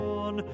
on